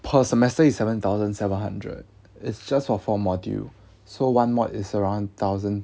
per semester is seven thousand seven hundred it's just for four module so one mod is around thousand